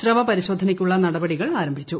സ്രവ പരിശോധനയ്ക്കുള്ള നടപടി ആരംഭിച്ചു